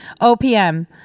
OPM